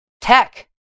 Tech